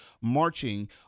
marching